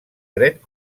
dret